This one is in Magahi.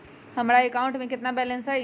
हमारे अकाउंट में कितना बैलेंस है?